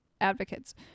advocates